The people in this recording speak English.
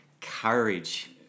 courage